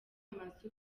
amazu